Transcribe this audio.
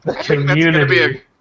community